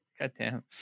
Goddamn